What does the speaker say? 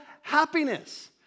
happiness